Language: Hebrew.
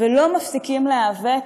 ולא מפסיקים להיאבק,